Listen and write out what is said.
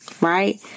right